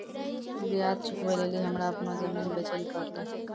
ब्याज चुकबै लेली हमरा अपनो जमीन बेचै ले पड़लै